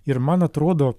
ir man atrodo